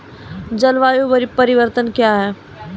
जलवायु परिवर्तन कया हैं?